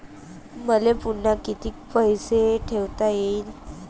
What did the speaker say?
मले पुन्हा कितीक पैसे ठेवता येईन?